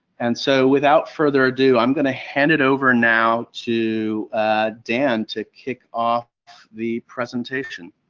and so without further ado i'm going to hand it over now to dan to kick off the presentation.